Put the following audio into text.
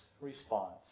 response